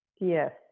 Yes